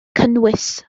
cynnwys